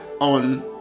on